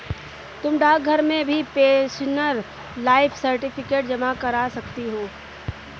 तुम डाकघर में भी पेंशनर लाइफ सर्टिफिकेट जमा करा सकती हो